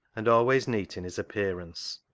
and always neat in his appear ance.